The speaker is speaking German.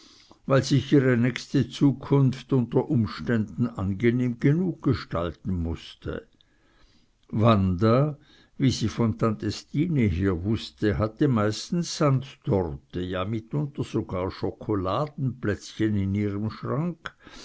weil sich ihre nächste zukunft unter allen umständen angenehm genug gestalten mußte wanda wie sie von tante stine her wußte hatte meistens sandtorte ja mitunter sogar schokoladenplätzchen in ihrem schrank